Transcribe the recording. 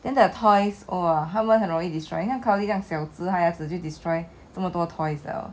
then the toys !wah! 他们很容易 destroy 你看 cloudy 这样小只他已经 destroy 这么多 toys 了